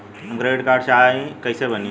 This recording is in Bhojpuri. हमके क्रेडिट कार्ड चाही कैसे बनी?